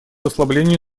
ослаблению